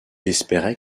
espérait